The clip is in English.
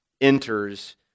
enters